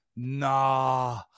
Nah